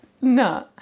No